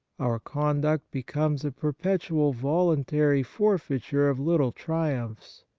our conduct becomes a per petual voluntary forfeiture of little triumphs,